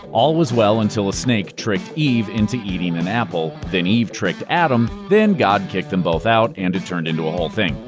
all was well until a snake tricked eve into eating an apple, then eve tricked adam, then god kicked them both out, and it turned into a whole thing.